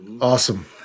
Awesome